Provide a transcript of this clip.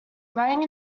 writing